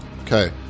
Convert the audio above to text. Okay